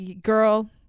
Girl